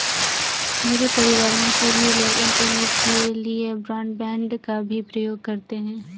मेरे परिवार में सभी लोग इंटरनेट के लिए ब्रॉडबैंड का भी प्रयोग करते हैं